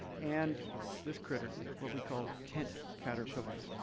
and this critter, what we call tent caterpillars,